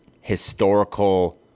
historical